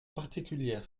particulière